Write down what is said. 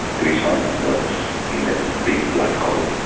greece found itself in a big black hole.